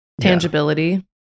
Tangibility